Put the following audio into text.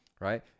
right